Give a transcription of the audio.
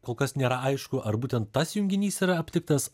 kol kas nėra aišku ar būtent tas junginys yra aptiktas